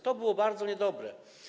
To było bardzo niedobre.